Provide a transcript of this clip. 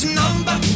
number